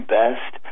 best